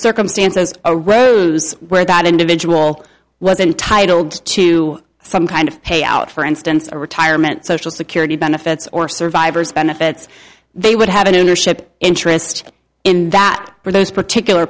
circumstances are rows where that individual was entitled to some kind of payout for instance a retirement social security benefits or survivor's benefits they would have a new ownership interest in that for those particular